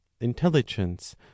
intelligence